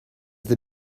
they